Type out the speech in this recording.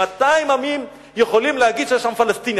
200 עמים יכולים להגיד שיש עם פלסטיני,